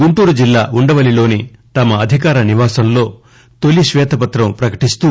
గుంటూరుజిల్లా ఉండవల్లిలోని తమ అధికారనివాసంలో తొలీ శ్వేతపత్రం ప్రకటిస్తూ